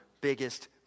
biggest